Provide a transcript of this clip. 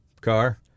car